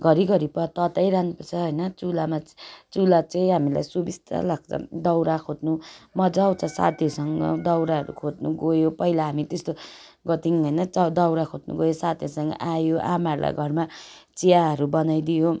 घरिघरि प तताइरहनु पर्छ हैन चुल्हामा चुल्हा चाहिँ हामीलाई सुविस्ता लाग्छ दाउरा खोज्नु मज्जा आउँछ साथीहरूसँग दाउराहरू खोज्नु गयो पहिला हामी त्यस्तो गर्थ्यौँ होइन दाउरा खोज्नु गयो साथीहरूसँग आयो आमाहरूलाई घरमा चियाहरू बनाइदियो